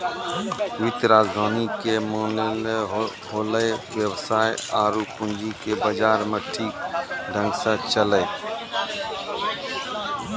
वित्तीय राजधानी के माने होलै वेवसाय आरु पूंजी के बाजार मे ठीक ढंग से चलैय